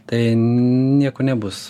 tai nieko nebus